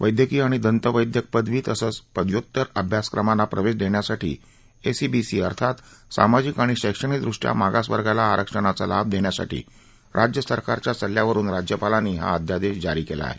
वैदयकीय आणि दंत वैदयक पदवी तसंच पदवीत्यूर अभ्यासक्रमांना प्रवेश देण्यासाठी एस इ बी सी अर्थात सामाजिक आणि शैक्षणिकदृष्टया मागासवर्गाला आरक्षणाचा लाभ देण्यासाठी राज्यसरकारच्या सल्ल्यावरुन राज्यपालांनी हा अध्यादेश जारी केला आहे